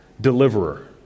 deliverer